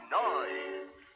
noise